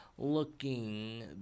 looking